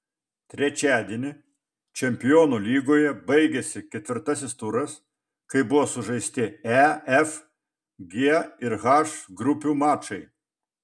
trečiadienį čempionų lygoje baigėsi ketvirtasis turas kai buvo sužaisti e f g ir h grupių mačai